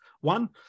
one